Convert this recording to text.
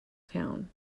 town